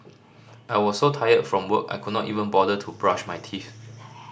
I was so tired from work I could not even bother to brush my teeth